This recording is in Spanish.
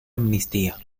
amnistía